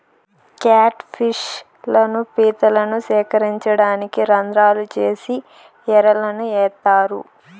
cat fish లను, పీతలను సేకరించడానికి రంద్రాలు చేసి ఎరలను ఏత్తారు